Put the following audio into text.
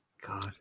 god